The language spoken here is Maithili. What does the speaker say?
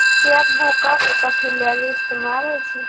चेक बुको के कथि लेली इस्तेमाल होय छै?